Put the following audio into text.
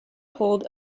hold